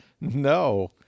No